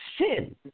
Sin